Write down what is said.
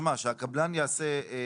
שהקבלן יעשה?